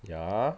ya